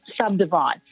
subdivide